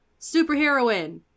Superheroine